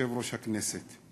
ליושב-ראש הכנסת.